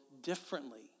differently